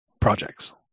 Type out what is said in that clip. projects